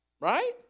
Right